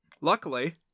luckily